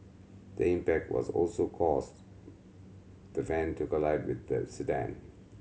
the impact was also caused the van to collide with the sedan